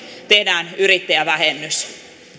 tehdään yrittäjävähennys